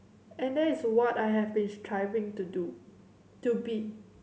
and there is what I have been striving to do to be